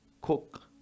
cook